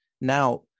Now